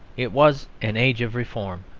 it was an age of reform,